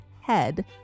head